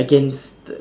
against